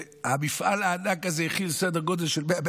והמפעל הענק הזה הכיל סדר גודל של 100,000,